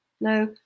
no